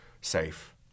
safe